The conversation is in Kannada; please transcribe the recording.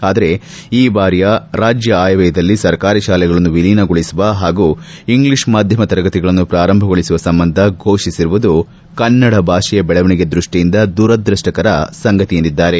ಆದರೆ ಈ ಬಾರಿಯ ರಾಜ್ಯ ಆಯವ್ಯಯದಲ್ಲಿ ಸರ್ಕಾರಿ ಶಾಲೆಗಳನ್ನು ವಿಲೀನಗೊಳಿಸುವ ಹಾಗೂ ಇಂಗ್ಲಿಷ್ ಮಾಧ್ಯಮ ತರಗತಿಗಳನ್ನು ಪಾರಂಭಗೊಳಿಸುವ ಸಂಬಂಧ ಘೋಷಿಸಿರುವುದು ಕನ್ನಡ ಭಾಷೆಯ ಬೆಳವಣಿಗೆ ದೃಷ್ಠಿಯಿಂದ ದುರದೃಷ್ಟಕರ ಸಂಗತಿ ಎಂದಿದ್ದಾರೆ